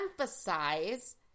emphasize